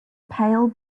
pale